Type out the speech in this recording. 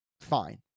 fine